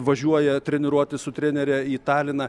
važiuoja treniruotis su trenere į taliną